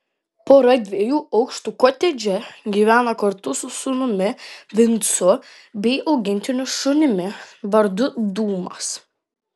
pora dviejų aukštų kotedže gyvena kartu su sūnumi vincu bei augintiniu šunimi vardu dūmas